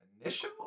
initial